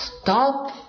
stop